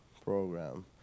program